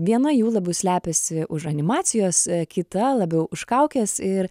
viena jų labiau slepiasi už animacijos kita labiau už kaukės ir